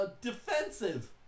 defensive